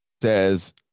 says